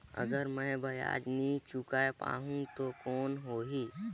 अगर मै ब्याज नी चुकाय पाहुं ता कौन हो ही?